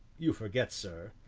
you forget, sir,